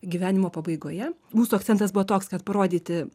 gyvenimo pabaigoje mūsų akcentas buvo toks kad parodyti